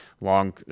long